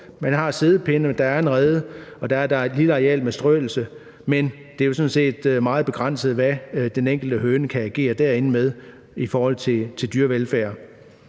De har siddepinde, der er en rede, og der er et lille areal med strøelse, men den enkelte høne er jo sådan set meget begrænset derinde i forhold til dyrevelfærd.